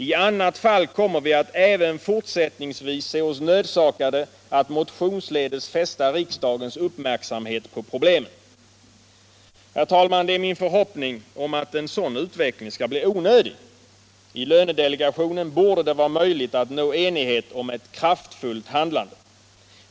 I annat fall kommer vi att även fortsättningsvis se oss nödsakade att motionsledes fästa riksdagens uppmärksamhet på problemen.” Det är min förhoppning att en sådan utveckling skall bli onödig. I lönedelegationen borde det vara möjligt att nå enighet om ett kraftfullt handlande.